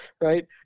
right